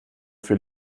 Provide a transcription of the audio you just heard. für